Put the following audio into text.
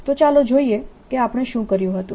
તો ચાલો જોઈએ કે આપણે શું કર્યું હતું